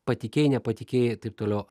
patikėjai nepatikėjai taip toliau